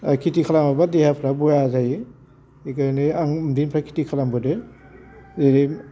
खेथि खालामाबा देहाफ्रा बया जायो बेनिखायनो आं उन्दैनिफ्राय खेथि खालामबोदों ओजों